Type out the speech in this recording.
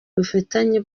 ubufatanye